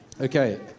Okay